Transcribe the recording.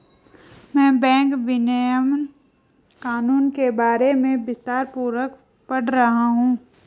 मैं बैंक विनियमन कानून के बारे में विस्तारपूर्वक पढ़ रहा हूं